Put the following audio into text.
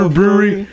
Brewery